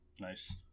Nice